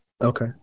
Okay